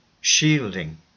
shielding